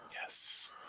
Yes